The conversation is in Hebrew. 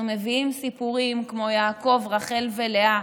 אנחנו מביאים סיפורים כמו יעקב, רחל ולאה.